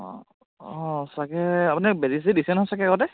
অঁ অঁ চাগে আপুনি বেজি চেজি দিছে নহয় চাগে আগতে